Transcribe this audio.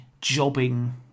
jobbing